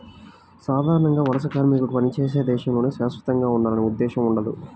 సాధారణంగా వలస కార్మికులకు పనిచేసే దేశంలోనే శాశ్వతంగా ఉండాలనే ఉద్దేశ్యం ఉండదు